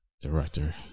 Director